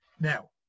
Now